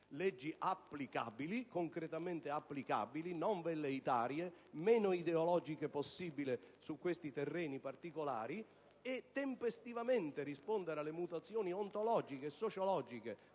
leggi (leggi concretamente applicabili, non velleitarie, meno ideologiche possibile su questi terreni particolari) e tempestivamente rispondere alle mutazioni ontologiche e sociologiche